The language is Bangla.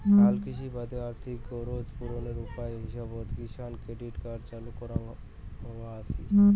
হালকৃষির বাদে আর্থিক গরোজ পূরণের উপায় হিসাবত কিষাণ ক্রেডিট কার্ড চালু হয়া আছিল